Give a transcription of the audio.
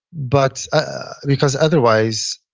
but ah because otherwise,